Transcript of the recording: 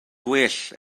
gwell